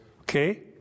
okay